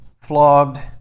flogged